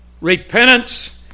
Repentance